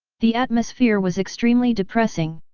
the atmosphere was extremely depressing.